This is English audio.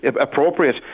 appropriate